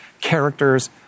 characters